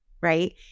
Right